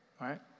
right